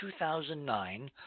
2009